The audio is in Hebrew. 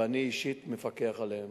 ואני אישית מפקח עליהם.